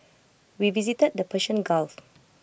we visited the Persian gulf